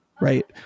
Right